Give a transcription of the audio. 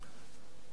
כפי שאמרתי,